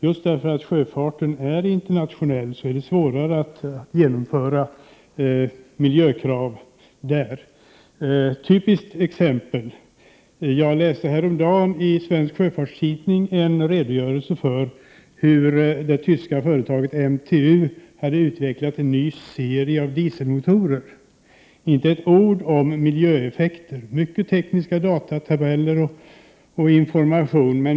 Just därför att sjöfarten är internationell är det påtagligt att det är svårare att genomdriva miljökrav på detta område. Jag vill anföra ett typiskt exempel. Häromdagen läste jag i Svensk Sjöfarts Tidning att det tyska företaget MTU har utvecklat en ny serie av dieselmotorer. Men det finns inte ett enda ord om miljöeffekterna. Däremot finns det många tekniska data, tabeller och information.